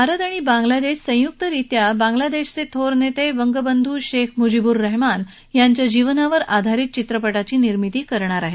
भारत आणि बांगलादेश संयुक्तरित्या बांगादेशचे थोर नेते बंगबधू शेख मुजीबूर रहमान यांच्या जीवनावर आधारित चित्रपटाची निर्मिती करणार आहेत